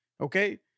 Okay